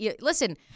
listen